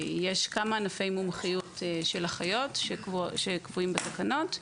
יש כמה ענפי מומחיות של אחיות, שקבועים בתקנות,